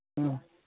हँ